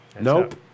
Nope